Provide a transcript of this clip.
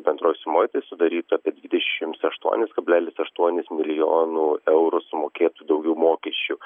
bendros sumos sudarytų apie dvidešims aštuonis kablelis aštuonis milijonų eurų sumokėtų daugiau mokesčių